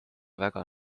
väga